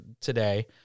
today